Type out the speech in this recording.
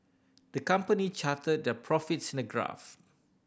the company charted their profits in the graph